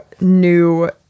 new